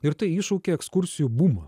ir tai iššaukė ekskursijų bumą